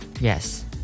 Yes